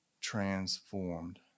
transformed